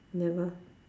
never